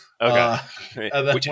Okay